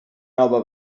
nova